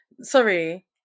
sorry